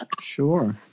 Sure